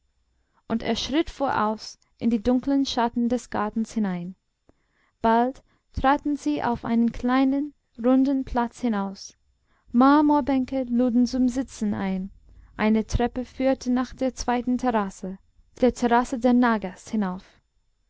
und er schritt voraus in die dunkeln schatten des gartens hinein bald traten sie auf einen kleinen runden platz hinaus marmorbänke luden zum sitzen ein eine treppe führte nach der zweiten terrasse der terrasse der nagas hinauf